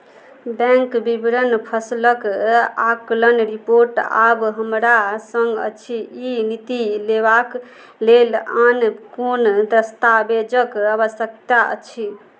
bank विवरण फसलक आकलन रिपोर्ट आब हमरा सङ्ग अछि ई नीति लेबाक लेल आन कोन दस्तावेजक आवश्यकता अछि